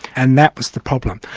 and that was the problem.